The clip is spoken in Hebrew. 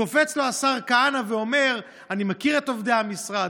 קופץ לו השר כהנא ואומר: אני מכיר את עובדי המשרד.